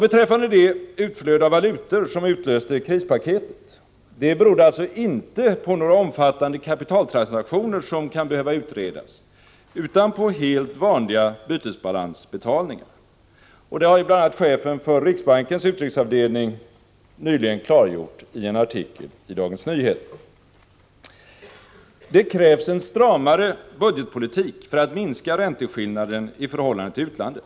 Det utflöde av valutor som utlöste krispaketet berodde inte på några omfattande kapitaltransaktioner, som kan behöva utredas, utan på helt vanliga bytesbalansbetalningar. Det har bl.a. chefen för riksbankens utrikesavdelning nyligen klargjort i en artikel i Dagens Nyheter. Det krävs en stramare budgetpolitik för att minska ränteskillnaderna i förhållande till utlandet.